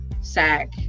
sack